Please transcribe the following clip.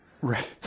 Right